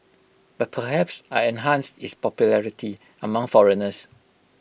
but perhaps I enhanced its popularity among foreigners